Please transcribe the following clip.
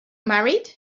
married